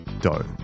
dough